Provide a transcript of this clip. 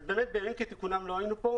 בימים כתיקונם לא היינו כאן.